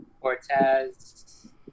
Cortez